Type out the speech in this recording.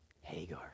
Hagar